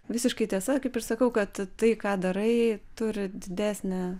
visiškai tiesa kaip ir sakau kad tai ką darai turi didesnę